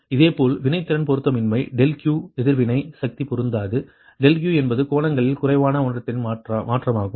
இதேபோல் வினைத்திறன் பொருத்தமின்மை ∆Q எதிர்வினை சக்தி பொருந்தாதது ∆Q என்பது கோணங்களில் குறைவான உணர்திறன் மாற்றமாகும்